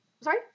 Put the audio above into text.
Sorry